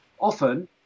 often